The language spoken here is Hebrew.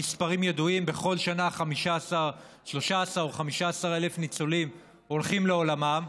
המספרים ידועים: בכל שנה 13,000 או 15,000 ניצולים הולכים לעולמם.